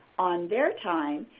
on their time,